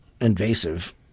invasive